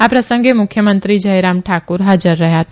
આ પ્રસંગે મુખ્યમંત્રી જયરામ ઠાકુર હાજર રહ્યા હતા